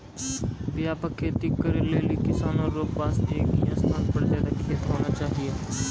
व्यापक खेती करै लेली किसानो रो पास एक ही स्थान पर ज्यादा खेत होना चाहियो